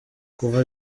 kuva